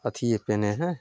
अथिये पेनहइ हइ